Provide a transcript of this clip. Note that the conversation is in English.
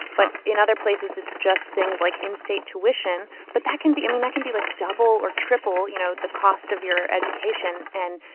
but in other places, it's just things like in-state tuition. but that can be i mean, that can be, like, double or triple, you know, the cost of your education. and,